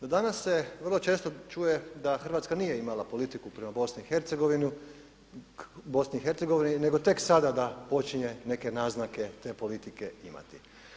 A danas se vrlo često čuje da Hrvatska nije imala politiku prema BiH nego tek sada da počinje neke naznake te politike imati.